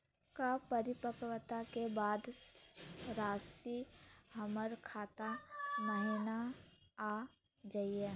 का परिपक्वता के बाद रासी हमर खाता महिना आ जइतई?